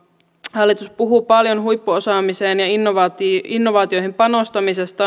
hallitus puhuu paljon huippuosaamiseen ja innovaatioihin panostamisesta